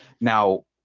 Now